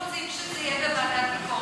אנחנו היינו רוצים שזה יהיה בוועדה לביקורת